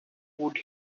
would